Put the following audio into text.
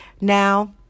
now